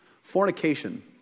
Fornication